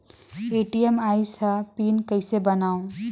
ATM आइस ह pin कइसे बनाओ?